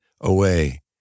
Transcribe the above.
away